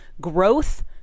growth